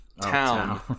Town